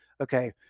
okay